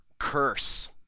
curse